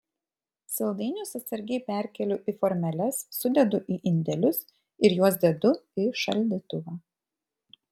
saldainius atsargiai perkeliu į formeles sudedu į indelius ir juos dedu į šaldytuvą